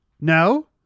No